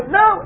no